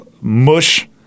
Mush